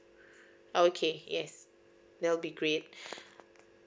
okay yes there will be great